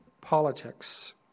politics